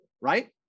Right